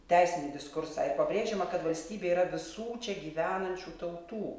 teisinį diskursą ir pabrėžiama kad valstybė yra visų čia gyvenančių tautų